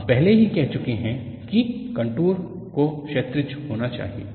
हम पहले ही कह चुके हैं कि कंटूर को क्षैतिज होना चाहिए